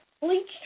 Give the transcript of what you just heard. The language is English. Bleached